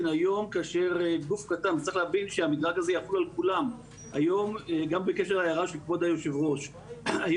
אני אלך לעשות כל מיני אירועים של תרבות תורנית וכל